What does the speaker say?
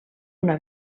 una